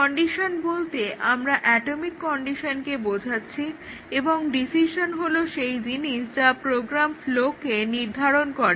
condition বলতে আমরা atomic কন্ডিশনকে বোঝাচ্ছি এবং ডিসিশন হলো সেই জিনিস যা প্রোগ্রাম ফ্লোকে নির্ধারণ করে